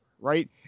right